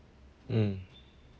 mm